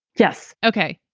yes. ok.